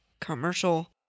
commercial